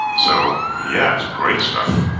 so yeah, it's great stuff.